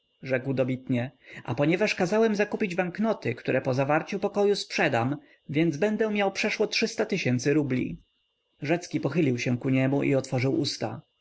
rzekł dobitnie a ponieważ kazałem zakupić banknoty które po zawarciu pokoju sprzedam więc będę miał przeszło trzysta tysięcy rubli rzecki pochylił się ku niemu i otworzył usta